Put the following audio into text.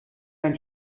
dein